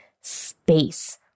space